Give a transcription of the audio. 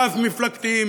רב-מפלגתיים,